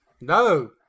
No